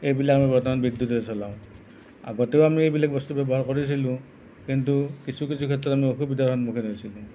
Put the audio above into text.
এইবিলাক আমি বৰ্তমান বিদ্যুতেৰে চলাওঁ আগতেও আমি এইবিলাক বস্তু ব্যৱহাৰ কৰিছিলোঁ কিন্তু কিছু কিছু ক্ষেত্ৰত আমি অসুবিধাৰ সন্মুখীন হৈছিলোঁ